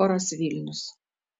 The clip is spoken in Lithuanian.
choras vilnius